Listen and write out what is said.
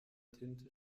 tinte